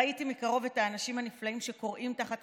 ראיתי מקרוב את האנשים הנפלאים שכורעים תחת